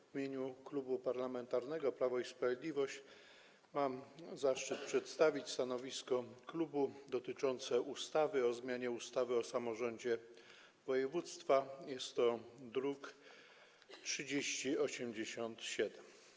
W imieniu Klubu Parlamentarnego Prawo i Sprawiedliwość mam zaszczyt przedstawić stanowisko klubu dotyczące ustawy o zmianie ustawy o samorządzie województwa, druk nr 3087.